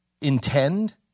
intend